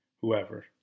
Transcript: Whoever